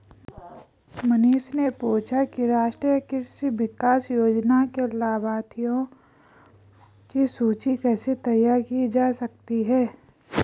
मनीष ने पूछा कि राष्ट्रीय कृषि विकास योजना के लाभाथियों की सूची कैसे तैयार की जा सकती है